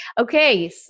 Okay